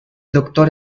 doctor